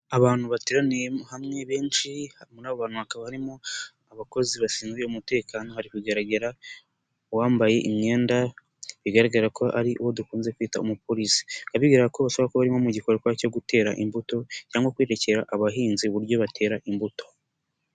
Abantu bateraniye mo hamwe benshi muri abo bantu hakaba barimo abakozi bashinzwe umutekano harikugaragra, uwambaye imyenda bigaragara ko ari uwo dukunze kwita umupolisi bikaba bigaragarako bashobora kuba bari mugikorwa gikorwa cyo gutera imbuto cyangwa kwerekera abahinzi uburyo batera imbuto.